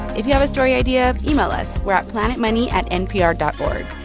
if you have a story idea, email us. we're at planetmoney at npr dot o r